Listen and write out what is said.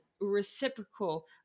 reciprocal